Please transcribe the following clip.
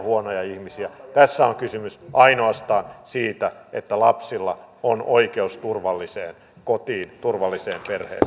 ja huonoja ihmisiä tässä on kysymys ainoastaan siitä että lapsilla on oikeus turvalliseen kotiin turvalliseen